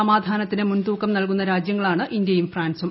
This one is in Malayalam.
സമാധാനത്തിനു മുൻതൂക്കം നൽകുന്ന രാജ്യങ്ങളാണ് ഇന്ത്യയും ഫ്രാൻസും